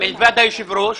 מלבד היושב ראש